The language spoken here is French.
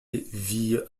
vie